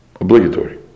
Obligatory